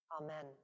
Amen